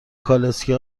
کالسکه